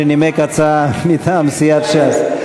שנימק הצעה מטעם סיעת ש"ס.